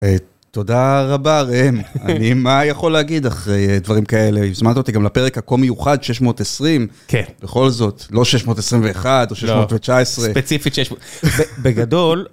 תודה רבה ראם, אני מה יכול להגיד אחרי דברים כאלה? הזמנת אותי גם לפרק הכה מיוחד, 620. כן. בכל זאת, לא 621, או 619. ספציפית 600. בגדול...